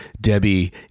Debbie